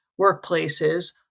workplaces